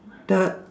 the